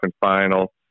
final